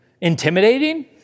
intimidating